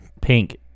pink